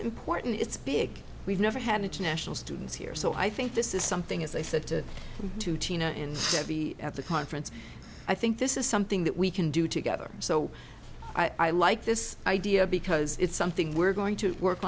important it's big we've never had international students here so i think this is something as i said to to tina and to be at the conference i think this is something that we can do together so i like this idea because it's something we're going to work